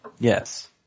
Yes